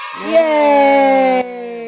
yay